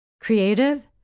creative